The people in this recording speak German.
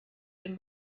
dem